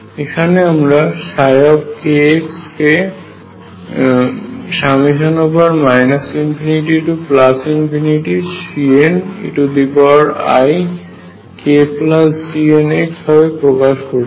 এখানে আমরা kx কে n ∞CneikGnx ভাবে প্রকাশ করছি